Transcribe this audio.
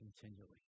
continually